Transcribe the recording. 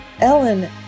Ellen